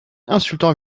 insultant